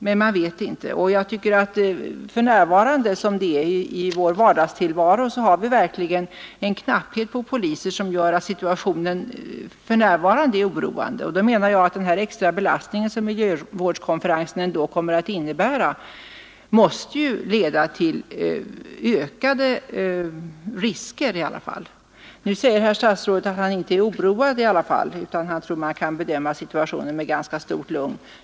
Men man vet inte, och jag tycker att vi som det nu är i vår vardagstillvaro verkligen har en knapphet på poliser som gör att situationen för närvarande är oroande. Det gör att den extra belastning som miljövårdskonferensen ändå kommer att innebära måste leda till ökade risker. Herr statsrådet säger att han inte är oroad utan han tror att man kan bedöma situationen med ganska stort lugn.